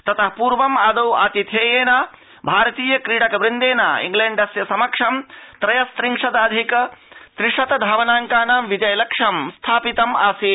ततः पूर्वम आदौ आतिथेयेन भारतीय क्रीडक वृन्देन इंग्लैण्डस्य समक्षं त्रयस्विंशद अधिक त्रिशत धावनांकानां विजय लक्ष्यं स्थापितम् आसीत्